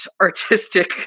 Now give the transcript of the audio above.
artistic